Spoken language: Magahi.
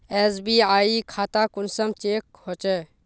एस.बी.आई खाता कुंसम चेक होचे?